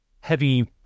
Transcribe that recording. heavy